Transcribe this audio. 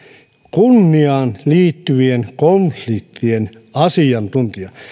kunniaan liittyvien konfliktien asiantuntija